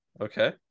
Okay